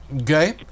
Okay